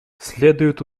следует